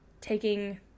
taking